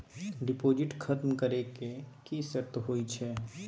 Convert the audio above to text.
Deposit खतम करे के की सर्त होय छै?